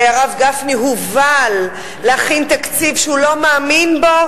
שהרב גפני הובל להכין תקציב שהוא לא מאמין בו,